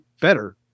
better